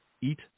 eat